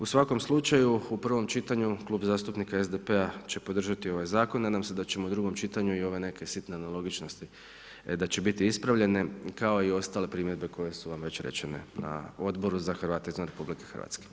U svakom slučaju u prvom čitanju KLub zastupnika SDP-a će podržati ovaj zakon i nadam se da ćemo u drugom čitanju i ove neke sitne nelogičnosti da će biti ispravljene kao i ostale primjedbe koje su vam već rečene na Odboru za Hrvate izvan RH.